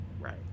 Right